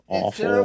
awful